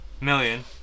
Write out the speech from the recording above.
million